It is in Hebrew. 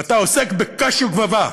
ואתה עוסק בקש וגבבה,